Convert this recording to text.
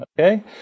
okay